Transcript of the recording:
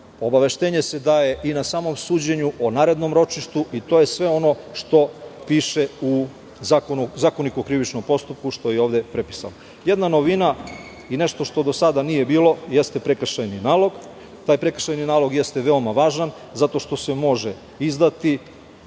obaveštenje se daje i na samom suđenju o narednom ročištu i to je sve ono što piše u Zakoniku o krivičnom postupku, što je ovde prepisano. Jedna novina i nešto što do sada nije bilo jeste prekršajni nalog. Taj prekršajni nalog jeste veoma važan zato što se može izdati